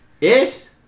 Yes